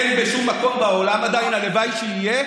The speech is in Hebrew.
אין בשום מקום בעולם עדיין הלוואי שיהיה,